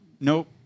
nope